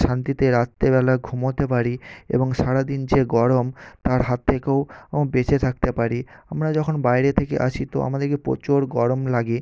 শান্তিতে রাত্রিবেলা ঘুমতে পারি এবং সারা দিন যে গরম তার হাত থেকেও ও বেঁচে থাকতে পারি আমরা যখন বাইরে থেকে আসি তো আমাদেরকে প্রচুর গরম লাগে